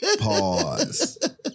Pause